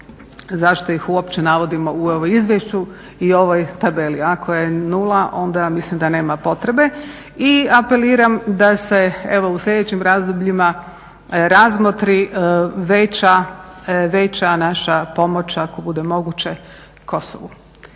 zašto ih uopće navodimo u ovom izvješću i ovoj tabeli. Ako je nula onda ja mislim da nema potrebe. I apeliram da se evo u sljedećim razdobljima razmotri veća naša pomoć ako bude moguće Kosovu.